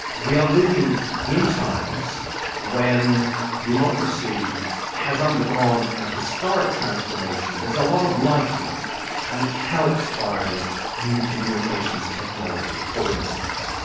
we are living in times when democracy has undergone an and historic transformation. there's a lot of life in it and it's helped by new communications technology, for instance,